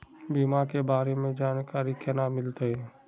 बीमा के बारे में जानकारी केना मिलते?